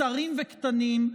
צרים וקטנים,